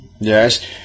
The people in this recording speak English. yes